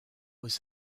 was